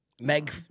Meg